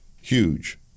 Huge